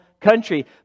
country